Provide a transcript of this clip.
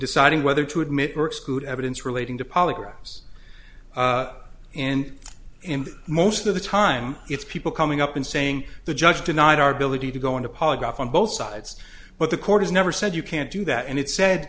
deciding whether to admit or exclude evidence relating to polygraphs and and most of the time it's people coming up and saying the judge denied our ability to go into a polygraph on both sides but the court has never said you can't do that and it said